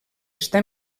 està